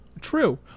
True